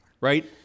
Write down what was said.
right